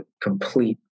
complete